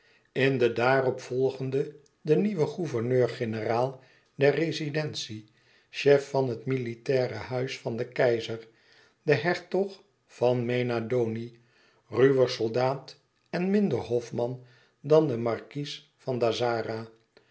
in de daarop volgende de nieuwe gouverneur-generaal der rezidentie chef van het militaire huis van den keizer de hertog van mena doni ruwer soldaat en minder hofman dan de markies van dazzara